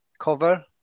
cover